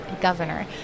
Governor